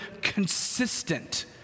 consistent